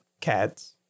cats